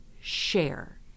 share